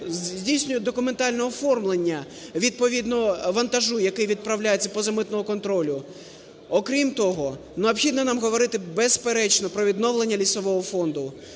здійснюють документальне оформлення відповідно вантажу, який відправляється поза митного контролю. Окрім того, необхідно нам говорити, безперечно, про відновлення лісового фонду,